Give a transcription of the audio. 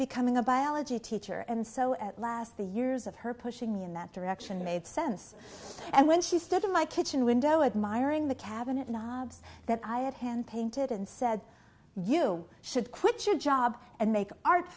becoming a biology teacher and so at last the years of her pushing me in that direction made sense and when she stood in my kitchen window admiring the cabinet that i had hand painted and said you should quit your job and make art